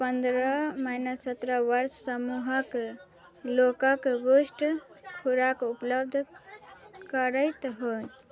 पनरह माइनस सतरह वर्ष समूहके लोककेँ पुष्ट खोराक उपलब्ध करैत होएत